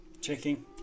Checking